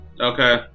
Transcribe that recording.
Okay